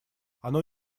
оно